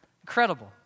Incredible